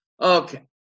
Okay